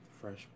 Fresh